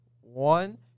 One